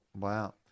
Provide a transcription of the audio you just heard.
Wow